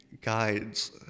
guides